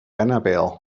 annabelle